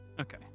okay